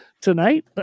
tonight